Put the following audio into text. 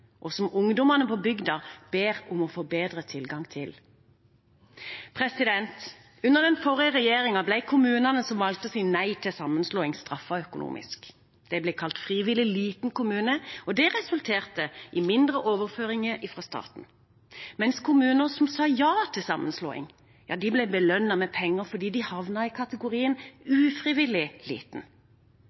og som ungdommene på bygda ber om å få bedre tilgang til. Under den forrige regjeringen ble kommunene som valgte å si nei til sammenslåing, straffet økonomisk. De ble kalt «frivillig liten kommune», og det resulterte i mindre overføringer fra staten, mens kommuner som sa ja til sammenslåing, ble belønnet med penger fordi de havnet i kategorien «ufrivillig liten».